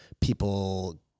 People